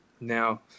Now